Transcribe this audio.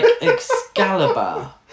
Excalibur